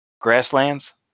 grasslands